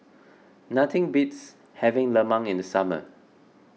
nothing beats having lemang in the summer